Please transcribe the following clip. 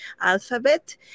alphabet